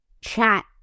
chat